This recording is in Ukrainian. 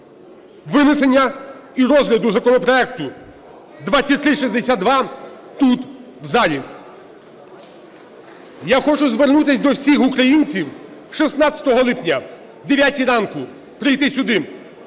винесення і розгляду законопроекту 2362 тут, в залі. Я хочу звернутись до всіх українців: 16 липня о 9 ранку прийти сюди,